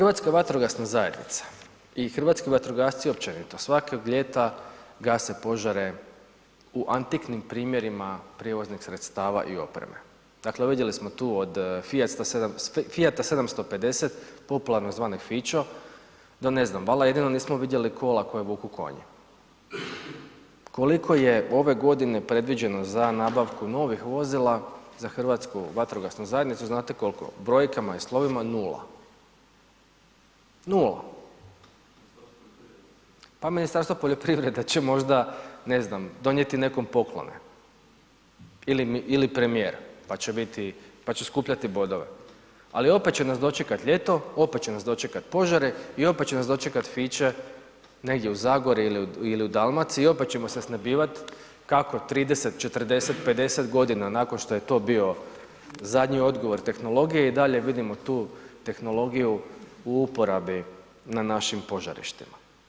Hrvatska vatrogasna zajednica i hrvatski vatrogasci općenito svakog ljeta gase požare u antiknim primjerima prijevoznih sredstava i opreme, dakle vidjeli smo tu od Fiata 750, popularno zvani fićo, da ne znam, valda jedino nismo vidjeli kola koja vuku konji, koliko je ove godine predviđeno za nabavku novih vozila za Hrvatsku vatrogasnu zajednicu, znate koliko, brojkama i slovima 0, 0, pa Ministarstvo poljoprivrede će možda ne znam donijeti nekom poklone ili premijer, pa će biti, pa će skupljati bodove, ali opet će nas dočekat ljeto, opet će nas dočekat požari i opet će nas dočekat fiće negdje u Zagorju ili u Dalmaciji i opet ćemo se snebivat kako 30, 40, 50.g. nakon što je to bio zadnji odgovor tehnologije i dalje vidimo tu tehnologiju u uporabi na našim požarištima.